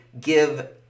give